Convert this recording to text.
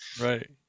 Right